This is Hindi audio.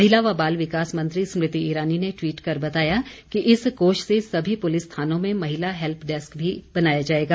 महिला व बाल विकास मंत्री स्मृति ईरानी ने ट्वीट कर बताया कि इस कोष से सभी पुलिस थानों में महिला हेल्प डेस्क भी बनाया जाएगा